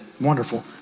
Wonderful